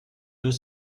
deux